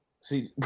See